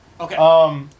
Okay